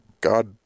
God